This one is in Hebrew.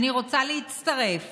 אני רוצה להצטרף